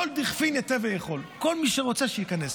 "כל דכפין ייתי וייכל", כל מי שרוצה שייכנס.